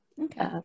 Okay